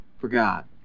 forgot